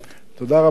תודה רבה לכם.